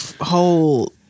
whole